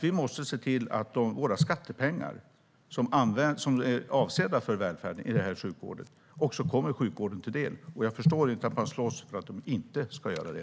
Vi måste se till att våra skattepengar som är avsedda för välfärden, i det här fallet sjukvården, också kommer sjukvården till del. Jag förstår inte att man slåss för att de inte ska göra det.